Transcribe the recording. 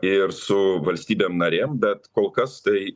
ir su valstybėm narėm bet kol kas tai